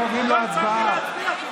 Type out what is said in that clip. לוועדת הבריאות נתקבלה.